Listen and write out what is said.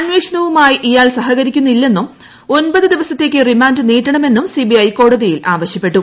അന്വേഷണവുമായി ഇയാൾ സഹകരിക്കുന്നില്ലെന്നും ഒമ്പത് ദിവസത്തേക്ക് റിമാൻഡ് നീട്ടണമെന്നും സിബിഐ കോടതിയിൽ ആവശ്യപ്പെട്ടു